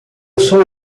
sou